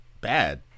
bad